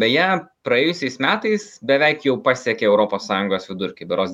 beje praėjusiais metais beveik jau pasiekė europos sąjungos vidurkį berods